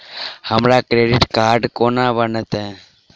हमरा credit card कोना बनतै?